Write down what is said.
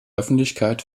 öffentlichkeit